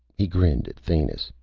he grinned at thanis.